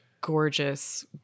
gorgeous